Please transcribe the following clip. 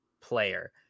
player